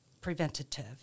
preventative